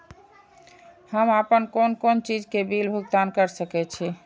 हम आपन कोन कोन चीज के बिल भुगतान कर सके छी?